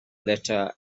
letter